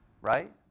right